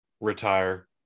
retire